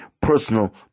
personal